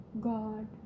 God